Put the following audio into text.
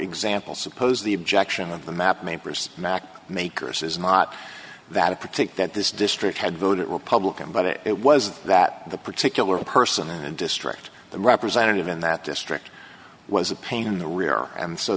example suppose the objection of the mapmakers mac makers is not that of protect that this district had voted republican but it was that the particular person a district representative in that district was a pain in the rear and so